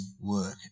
work